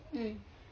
mm